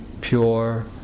pure